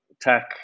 tech